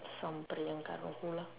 some Priyanka lah